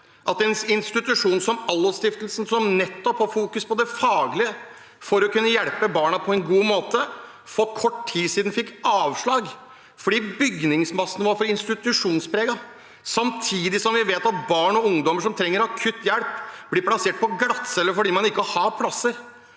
at en institusjon som Allos Stiftelsen, som nettopp fokuserer på det faglige for å kunne hjelpe barna på en god måte, for kort tid siden fikk avslag fordi bygningsmassen var for institusjonspreget. Samtidig vet vi at barn og ungdommer som trenger akutt hjelp, blir plassert på glattcelle fordi man ikke har plasser.